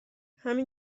همین